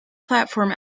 platform